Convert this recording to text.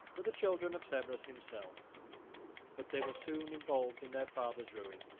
with the children of severus himself but they were soon involved in their father's ruin,